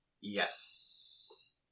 Yes